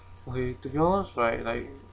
okay to be honest right like